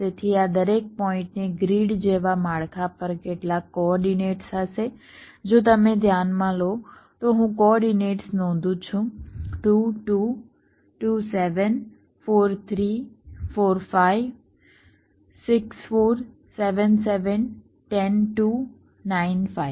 તેથી આ દરેક પોઈન્ટને ગ્રીડ જેવા માળખા પર કેટલાક કોઓર્ડિનેટ્સ હશે જો તમે ધ્યાનમાં લો તો હું કોઓર્ડિનેટ્સ નોંધું છું 2 2 2 7 4 3 4 5 6 4 7 7 10 2 9 5